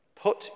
Put